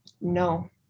no